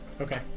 okay